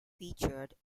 featured